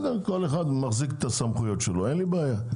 כל אחד מחזיק את הסמכויות שלו, אין לי בעיה.